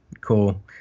cool